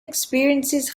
experiences